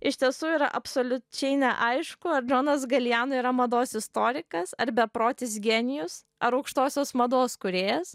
iš tiesų yra absoliučiai neaišku ar džonas galijano yra mados istorikas ar beprotis genijus ar aukštosios mados kūrėjas